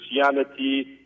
Christianity